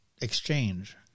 exchange